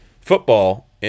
football